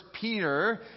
Peter